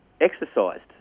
exercised